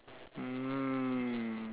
mm